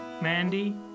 Mandy